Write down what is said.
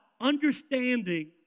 understanding